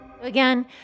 Again